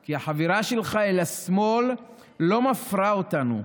כי החבירה שלך אל השמאל לא מפרה אותנו,